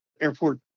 airport